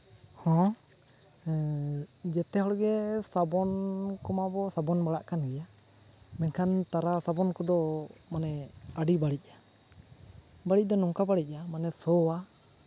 ᱦᱚᱸ ᱡᱮᱛᱮ ᱦᱚᱲ ᱜᱮ ᱥᱟᱵᱚᱱ ᱠᱚᱢᱟ ᱵᱚ ᱥᱟᱵᱚᱱ ᱵᱟᱰᱟᱜ ᱠᱟᱱ ᱜᱮᱭᱟ ᱢᱮᱱᱠᱷᱟᱱ ᱛᱟᱨᱟ ᱥᱟᱵᱚᱱ ᱠᱚᱫᱚ ᱢᱟᱱᱮ ᱟᱹᱰᱤ ᱵᱟᱹᱲᱤᱡᱼᱟ ᱵᱟᱹᱲᱤᱡ ᱫᱚ ᱱᱚᱝᱠᱟ ᱵᱟᱹᱲᱤᱡᱼᱟ ᱢᱟᱱᱮ ᱥᱚᱣᱟ